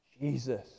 Jesus